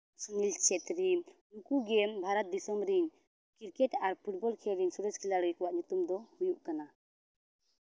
ᱥᱩᱱᱤᱞ ᱪᱷᱮᱛᱨᱤ ᱩᱱᱠᱩ ᱜᱮ ᱵᱷᱟᱨᱚᱛ ᱫᱤᱥᱚᱢ ᱨᱮᱱ ᱠᱨᱤᱠᱮᱴ ᱟᱨ ᱯᱷᱩᱴᱵᱚᱞ ᱨᱮᱱ ᱥᱚᱨᱮᱥ ᱠᱷᱤᱞᱟᱲᱤ ᱠᱚᱣᱟᱜ ᱧᱩᱛᱩᱢ ᱫᱚ ᱦᱩᱭᱩᱜ ᱠᱟᱱᱟ